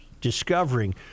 discovering